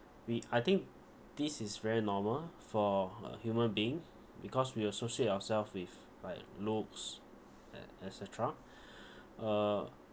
we I think this is very normal for a human being because we associate ourself with like looks et~ et cetera uh